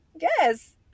Yes